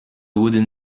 wooden